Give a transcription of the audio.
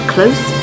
Close